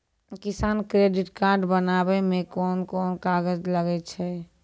किसान credit card बनाबै मे कोन कोन कागज लागै छै?